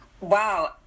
Wow